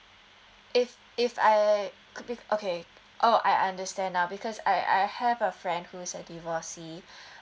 if if I could be okay oh I understand ah because I I have a friend who's a divorcee